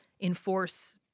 enforce